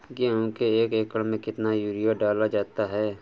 गेहूँ के एक एकड़ में कितना यूरिया डाला जाता है?